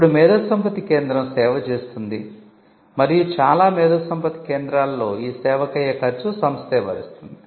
ఇప్పుడు మేధోసంపత్తి కేంద్రం సేవ చేస్తుంది మరియు చాలా మేధోసంపత్తి కేంద్రాలలో ఈ సేవకయ్యే ఖర్చు సంస్థే భరిస్తుంది